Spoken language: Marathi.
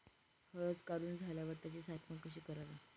हळद काढून झाल्यावर त्याची साठवण कशी करावी?